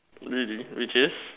really which is